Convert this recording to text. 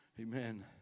Amen